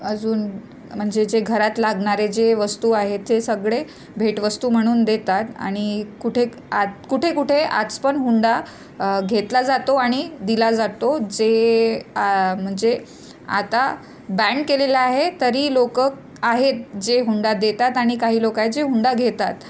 अजून म्हणजे जे घरात लागणारे जे वस्तू आहेत ते सगळे भेटवस्तू म्हणून देतात आणि कुठे आ कुठे कुठे आज पण हुंडा घेतला जातो आणि दिला जातो जे म्हणजे आता बॅन केलेला आहे तरी लोकं आहेत जे हुंडा देतात आणि काही लोकं आहे जे हुंडा घेतात